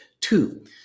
Two